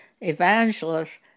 evangelists